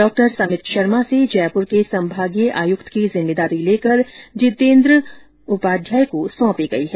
डॉ समित शर्मा से जयपुर के संभागीय आयुक्त की जिम्मेदारी लेकर जितेन्द्र उपाध्याय को सोंपी गई है